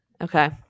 okay